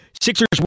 Sixers